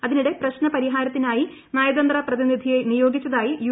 അതിനിടെ പ്രശ്ര്ന പരിഹാരത്തിനായി നയതന്ത്ര പ്രതിനിധിയെ നിയോഗ്ലിച്ചത്യായി യു